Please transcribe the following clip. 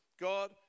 God